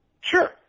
Sure